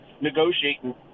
negotiating